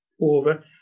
over